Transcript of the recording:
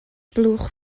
blwch